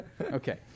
Okay